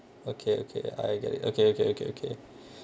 okay okay I get it okay okay okay okay